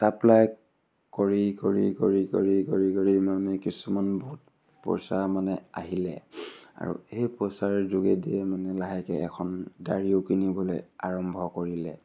supply কৰি কৰি কৰি কৰি কৰি কৰি মানে কিছুমান বহুত পইচা মানে আহিলে আৰু সেই পইচাৰ যোগেদিয়ে মানে লাহেকৈ এখন গাড়ীও কিনিবলৈ আৰম্ভ কৰিলে